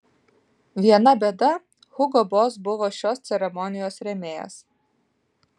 viena bėda hugo boss buvo šios ceremonijos rėmėjas